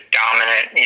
dominant